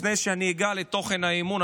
לפני שאני אגע בתוכן האי-אמון,